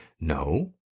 No